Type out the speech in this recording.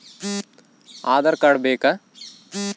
Aadhaar card ಬೇಕಾ?